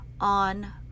on